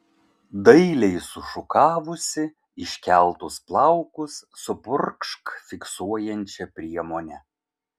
dailiai sušukavusi iškeltus plaukus supurkšk fiksuojančia priemone